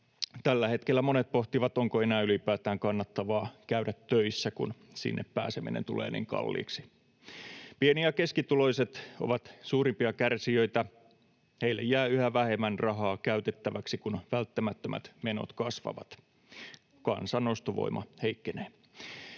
Tällä hetkellä monet pohtivat, onko enää ylipäätään kannattavaa käydä töissä, kun sinne pääseminen tulee niin kalliiksi. Pieni- ja keskituloiset ovat suurimpia kärsijöitä. Heille jää yhä vähemmän rahaa käytettäväksi, kun välttämättömät menot kasvavat. Kansan ostovoima heikkenee.